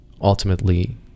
ultimately